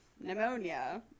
pneumonia